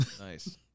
nice